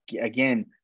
again